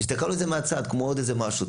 הסתכלנו על זה מהצד כמו עוד איזה משהו,